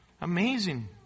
Amazing